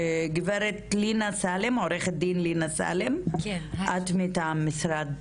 הגברת לינה סאלם עורכת דין מטעם משרד